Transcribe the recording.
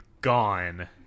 gone